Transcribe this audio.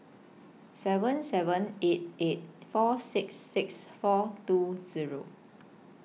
seven seven eight eight four six six four two Zero